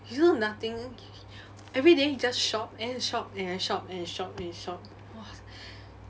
you know nothing everyday just shop and shop and shop and shop and shop !wah!